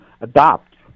adopt